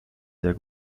sehr